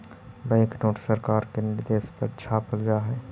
bank note सरकार के निर्देश पर छापल जा हई